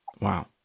Wow